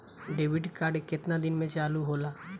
Debit card केतना दिन में चालु होला?